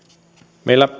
meillä